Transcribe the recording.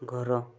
ଘର